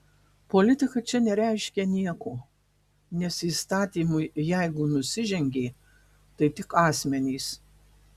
politika čia nereiškia nieko nes įstatymui jeigu nusižengė tai tik asmenys